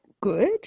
good